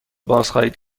بازخواهید